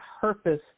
purpose